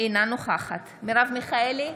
אינה נוכחת מרב מיכאלי,